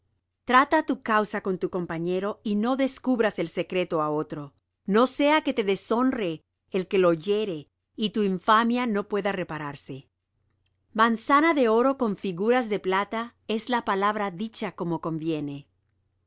trata tu causa con tu compañero y no descubras el secreto á otro no sea que te deshonre el que lo oyere y tu infamia no pueda repararse manzana de oro con figuras de plata es la palabra dicha como conviene